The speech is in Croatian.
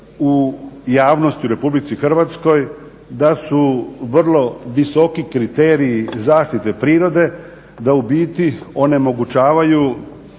u javnosti u Republici Hrvatskoj da su vrlo visoki kriteriji zaštite prirode da u biti onemogućavaju